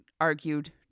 argued